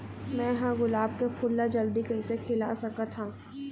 मैं ह गुलाब के फूल ला जल्दी कइसे खिला सकथ हा?